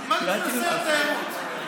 מה זה קשור לשר התיירות, לא הבנתי.